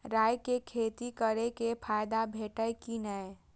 राय के खेती करे स फायदा भेटत की नै?